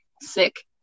sick